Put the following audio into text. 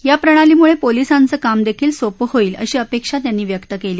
या प्रणालीमुळे पोलिसांचं कामदेखील सोपं होईल अशी अपेक्षा त्यांनी व्यक्त केली